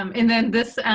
um and then this,